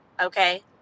okay